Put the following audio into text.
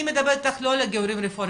אני מדברת איתך לא על גיורים רפורמים,